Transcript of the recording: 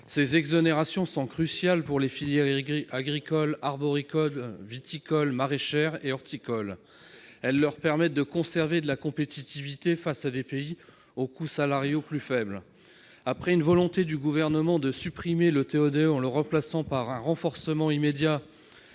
Ces exonérations sont cruciales pour les filières agricoles- arboricole, viticole, maraîchère et horticole. Elles leur permettent de conserver de la compétitivité face à des pays aux coûts salariaux plus faibles. Le Gouvernement veut supprimer le TO-DE en le remplaçant par un renforcement immédiat